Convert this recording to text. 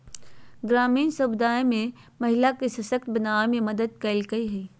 ग्रामीण समुदाय में महिला के सशक्त बनावे में मदद कइलके हइ